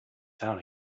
town